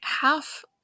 half